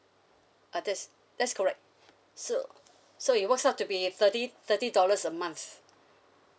ah that's that's correct so so it works out to be thirty thirty dollars a month